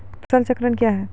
फसल चक्रण कया हैं?